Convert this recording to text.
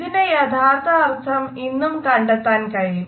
ഇതിന്റെ യഥാർത്ഥ അർഥം ഇന്നും കണ്ടെത്താൻ കഴിയും